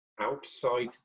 Outside